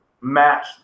match